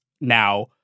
now